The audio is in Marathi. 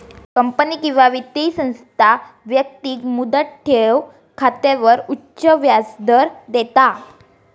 कंपनी किंवा वित्तीय संस्था व्यक्तिक मुदत ठेव खात्यावर उच्च व्याजदर देता